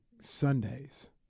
Sundays